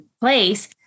place